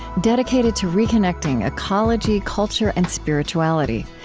dedicated to reconnecting ecology, culture, and spirituality.